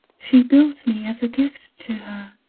she built me as a gift to her.